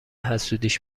حسودیش